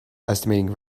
estimating